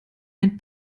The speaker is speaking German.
ein